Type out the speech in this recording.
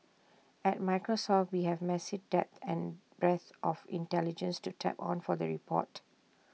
at Microsoft we have massive depth and breadth of intelligence to tap on for the report